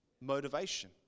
motivation